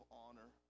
honor